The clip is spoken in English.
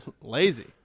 Lazy